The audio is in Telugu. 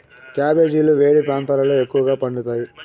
క్యాబెజీలు వేడి ప్రాంతాలలో ఎక్కువగా పండుతాయి